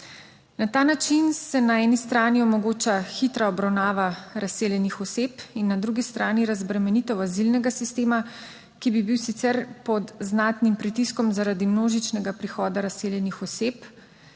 Na ta način se na eni strani omogoča hitra obravnava razseljenih oseb in na drugi strani razbremenitev azilnega sistema, ki bi bil sicer pod znatnim pritiskom zaradi množičnega prihoda razseljenih oseb,